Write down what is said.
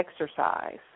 exercise